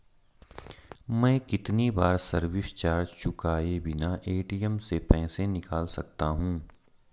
मैं कितनी बार सर्विस चार्ज चुकाए बिना ए.टी.एम से पैसे निकाल सकता हूं?